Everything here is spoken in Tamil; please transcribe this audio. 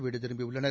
வீடு திரும்பியுள்ளனர்